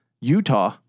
Utah